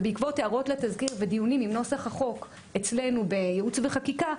ובעקבות הערות לתזכיר ודיונים עם נוסח החוק אצלנו בייעוץ וחקיקה,